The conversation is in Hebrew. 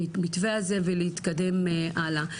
המתווה הזה ולהתקדם הלאה.